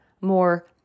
more